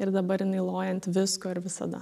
ir dabar jinai loja ant visko ir visada